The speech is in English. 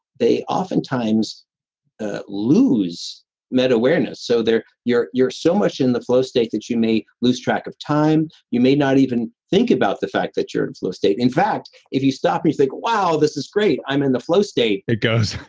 they oftentimes ah lose meta-awareness. so there you're, so so much in the flow state that you may lose track of time. you may not even think about the fact that you're in flow state. in fact, if you stop and you think wow, this is great, i'm in the flow state it goes.